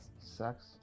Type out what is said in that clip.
sucks